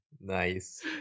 nice